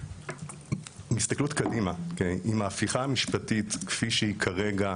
מהסתכלות קדימה, אם ההפיכה המשפטית כפי שהיא כרגע